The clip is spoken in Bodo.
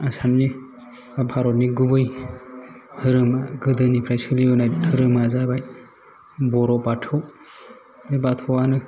आसामनि बा भारतनि गुबै धोरोमा गोदोनिफ्राय सोलिबोनाय धोरोमा जाबाय बर' बाथौ बे बाथौयानो